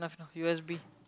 U_S_B